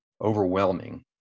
overwhelming